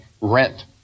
rent